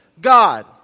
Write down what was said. God